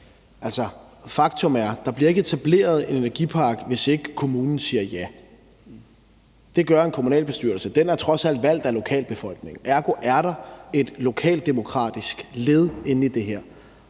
faktum er, at der ikke bliver etableret en energipark, hvis ikke kommunen siger ja. Det gør en kommunalbestyrelse. Den er trods alt valgt af lokalbefolkningen. Ergo er der et lokaldemokratisk led indeni det her.